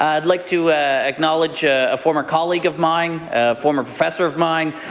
i'd like to acknowledge a a former colleague of mine, a former professor of mine,